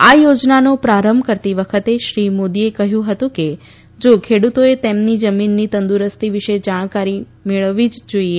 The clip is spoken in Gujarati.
આ થોજનાનો પ્રારંભ કરાવતી વખતે શ્રી મોદીએ કહયું હતું કે જો ખેડુતોએ તેમની જમીનની તંદુરસ્તી વિશે જાણકારી મેળવવી જ જોઇએ